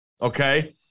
okay